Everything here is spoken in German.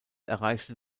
erreichte